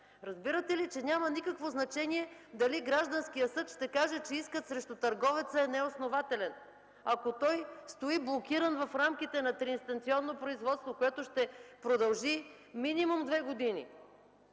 Разбирате ли, че няма никакво значение дали гражданският съд ще каже, че искът срещу търговеца е неоснователен, ако той стои блокиран в рамките на триинстанционно производство, което ще продължи минимум две години?